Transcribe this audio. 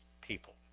people